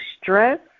stress